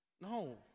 No